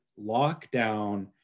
lockdown